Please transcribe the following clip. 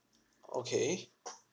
okay